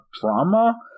drama